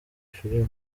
filime